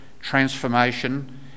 transformation